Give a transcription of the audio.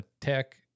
tech